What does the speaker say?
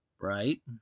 right